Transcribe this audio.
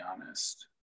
honest